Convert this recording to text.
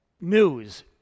news